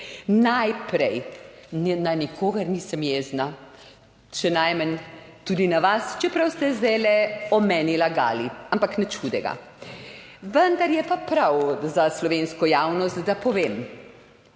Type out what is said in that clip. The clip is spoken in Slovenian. Najprej, na nikogar nisem jezna, še najmanj tudi na vas, čeprav ste zdajle o meni lagali, ampak nič hudega. Vendar je pa prav za slovensko javnost, da povem.